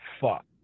fuck